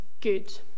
good